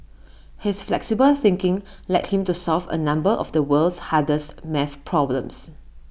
his flexible thinking led him to solve A number of the world's hardest maths problems